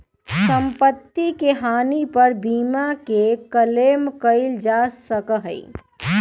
सम्पत्ति के हानि पर बीमा के क्लेम कइल जा सका हई